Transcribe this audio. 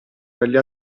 dagli